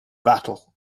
battle